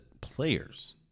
players